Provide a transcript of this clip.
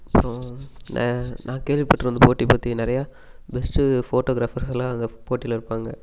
அப்றம் நான் நான் கேள்விப்பட்டிருந்த போட்டி பற்றி நிறையா பெஸ்ட்டு ஃபோட்டோகிராபர்ஸ் எல்லாம் அந்த போட்டியில் இருப்பாங்க